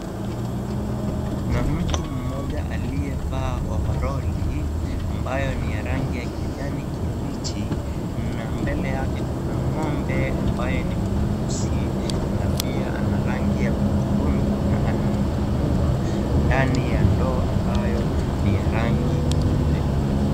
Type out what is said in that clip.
Kuna mtu mmoja aliyevaa overall ambayo ni ya rangi ya kijani kibichi. Na mbele yake kuna ng'ombe ambaye ni mweusi na pia ana rangi ya hudhurungi na anamkamua ndani ya ndoo ambayo ni ya rangi nyeupe.